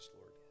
Lord